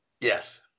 Yes